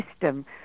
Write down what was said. system